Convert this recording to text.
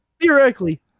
Theoretically